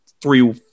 three